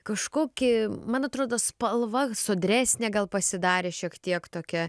kažkoki man atrodo spalva sodresnė gal pasidarė šiek tiek tokia